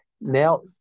now